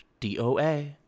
doa